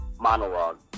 monologue